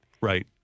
Right